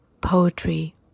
poetry